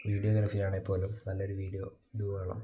വീഡിയോഗ്രാഫിയാണെങ്കിൽപ്പോലും നല്ലൊരു വീഡിയോ ഇത് വേണം